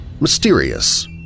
mysterious